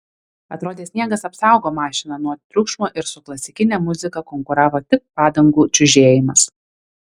atrodė sniegas apsaugo mašiną nuo triukšmo ir su klasikine muzika konkuravo tik padangų čiužėjimas